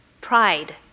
pride